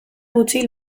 gutxi